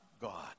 God